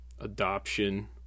adoption